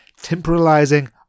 temporalizing